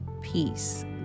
Peace